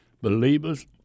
Believers